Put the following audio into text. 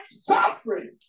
suffering